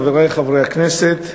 חברי חברי הכנסת,